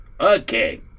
Okay